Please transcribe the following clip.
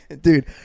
Dude